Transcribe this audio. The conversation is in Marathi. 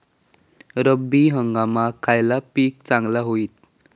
रब्बी हंगामाक खयला पीक चांगला होईत?